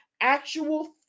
actual